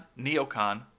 Neocon